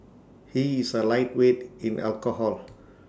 he is A lightweight in alcohol